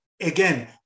again